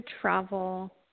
travel